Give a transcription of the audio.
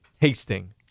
tasting